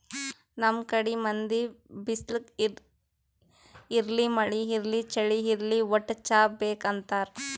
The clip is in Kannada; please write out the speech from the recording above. ನಮ್ ಕಡಿ ಮಂದಿ ಬಿಸ್ಲ್ ಇರ್ಲಿ ಮಳಿ ಇರ್ಲಿ ಚಳಿ ಇರ್ಲಿ ವಟ್ಟ್ ಚಾ ಬೇಕ್ ಅಂತಾರ್